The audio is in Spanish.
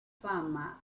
fama